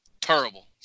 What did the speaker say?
Terrible